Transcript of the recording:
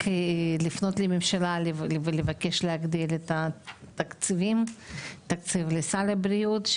רק לפנות לממשלה ולבקש להגדיל את התקציבים לסל הבריאות,